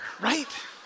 right